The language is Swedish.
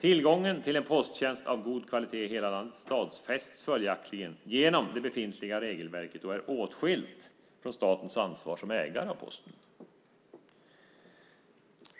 Tillgången till en posttjänst av god kvalitet i hela landet stadfästs följaktligen genom det befintliga regelverket och är åtskilt från statens ansvar som ägare av Posten.